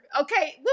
okay